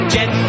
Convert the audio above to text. Jet